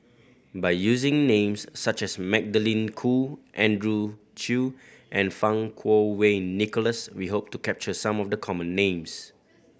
by using names such as Magdalene Khoo Andrew Chew and Fang Kuo Wei Nicholas we hope to capture some of the common names